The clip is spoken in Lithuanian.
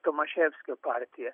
tomaševskio partiją